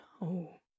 No